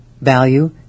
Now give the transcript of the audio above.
Value